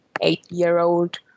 eight-year-old